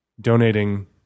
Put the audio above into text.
donating